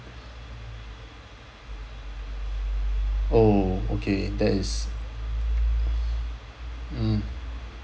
oh okay that is mm